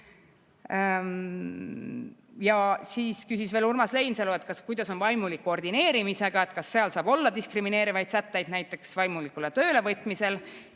Siis küsis Urmas Reinsalu, kuidas on vaimuliku ordineerimisega, kas saab olla diskrimineerivaid sätteid näiteks vaimuliku töölevõtmisel.